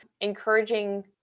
encouraging